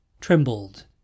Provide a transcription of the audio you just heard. trembled